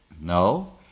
No